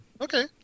Okay